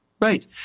Right